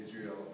Israel